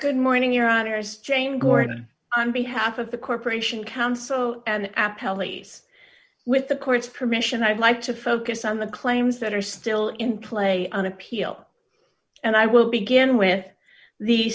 good morning your honor is james gordon i'm behalf of the corporation council and app pelleas with the court's permission i'd like to focus on the claims that are still in play on appeal and i will begin with the